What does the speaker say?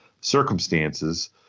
circumstances